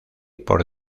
por